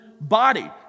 body